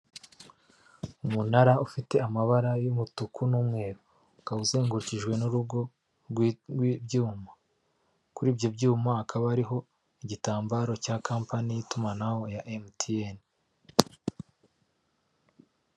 Umunara ufite amabara y'umutuku n'umweru. Ukaba uzengurukijwe n'urugo rw'ibyuma, kuri ibyo byuma hakaba ariho igitambaro cya kampaniy y'itumanaho ya emutiyene.